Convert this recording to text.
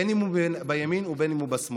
בין אם הוא בימין ובין אם הוא בשמאל.